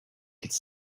could